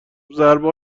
ضربه